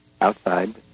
outside